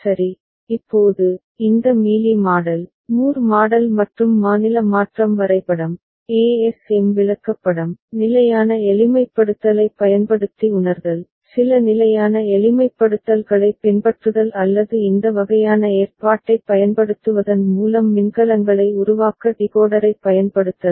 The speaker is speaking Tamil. X ∑m71011 Y ∑m இப்போது இந்த மீலி மாடல் மூர் மாடல் மற்றும் மாநில மாற்றம் வரைபடம் ஏஎஸ்எம் விளக்கப்படம் நிலையான எளிமைப்படுத்தலைப் பயன்படுத்தி உணர்தல் சில நிலையான எளிமைப்படுத்தல்களைப் பின்பற்றுதல் அல்லது இந்த வகையான ஏற்பாட்டைப் பயன்படுத்துவதன் மூலம் மின்கலங்களை உருவாக்க டிகோடரைப் பயன்படுத்தலாம்